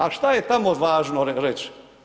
A šta je tamo važno reć?